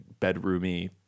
bedroomy